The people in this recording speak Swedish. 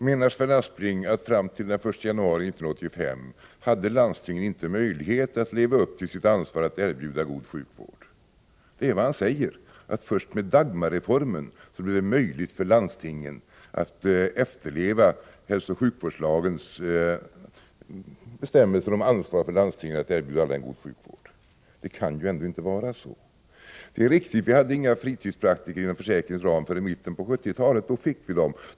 Fru talman! Menar Sven Aspling att fram till den 1 januari 1985 hade landstingen inte möjlighet att leva upp till sitt ansvar att erbjuda god sjukvård? Det är vad han säger, att först med Dagmarreformen blev det möjligt för landstingen att efterleva hälsooch sjukvårdslagens bestämmelser Men det kan ju ändå inte vara så. Det är riktigt att vi hade några fritidspraktiker inom försäkringens ram förrän i mitten på 70-talet. Då fick vi dem.